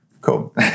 Cool